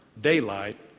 Daylight